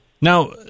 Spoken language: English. Now